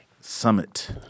summit